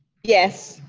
yes.